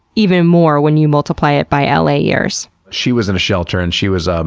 even more when you multiply it by l a. years. she was in a shelter and she was, um